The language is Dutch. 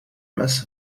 mes